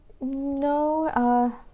No